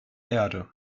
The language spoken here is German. erde